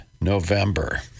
November